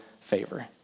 favor